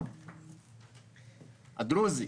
הדרוזי,